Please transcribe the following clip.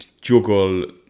juggle